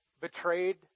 betrayed